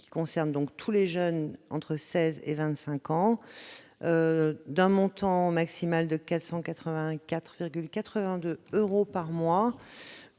qui concerne tous les jeunes âgés de 16 à 25 ans, dont le montant maximal est de 484,82 euros par mois,